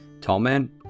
Tallman